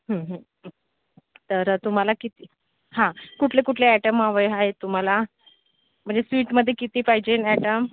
तर तुम्हाला किती हा कुठले कुठले आयटम हवे आहेत तुम्हाला म्हणजे स्वीटमध्ये किती पाहिजेन आयटम